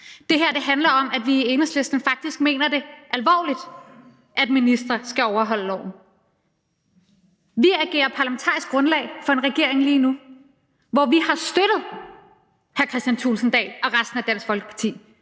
Det her handler om, at vi i Enhedslisten faktisk mener det alvorligt, at ministre skal overholde loven. Vi agerer parlamentarisk grundlag for en regering lige nu, hvor Enhedslisten, hr. Kristian Thulesen Dahl og resten af Dansk Folkeparti,